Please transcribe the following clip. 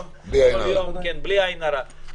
בלי עין רעה.